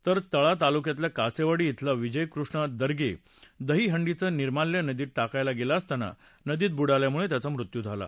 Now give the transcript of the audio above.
तर तळा तालुक्यातल्या कासेवाडी इथला विजय कृष्णा दर्गे दहिहंडीचं निर्माल्या नदीत टाकायला गेला असताना नदीत बुडल्यामुळे त्याचा मृत्यू झाला